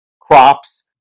crops